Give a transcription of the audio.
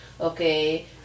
okay